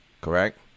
correct